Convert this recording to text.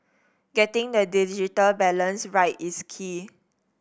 getting the digital balance right is key